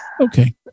okay